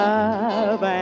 Love